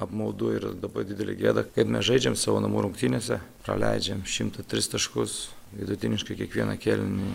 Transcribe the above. apmaudu ir labai didelė gėda kad mes žaidžiam savo namų rungtynėse praleidžiam šimtą tris taškus vidutiniškai kiekvieną kėlinį